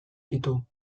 ditu